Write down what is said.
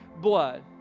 blood